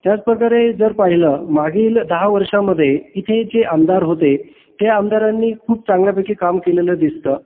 त्याचप्रकारे जर पाहिलं मागील दहा वर्षामध्ये इथे जे आमदार होते त्या आमदारांनी खूप चांगल्यापैकी काम केलेलं दिसतं